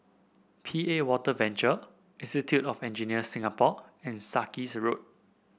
P A Water Venture Institute of Engineers Singapore and Sarkies Road